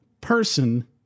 person